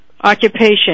occupation